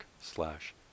slash